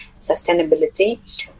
sustainability